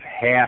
half